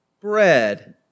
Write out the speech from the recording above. bread